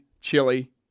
chili